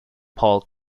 paul